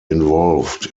involved